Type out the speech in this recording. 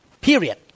Period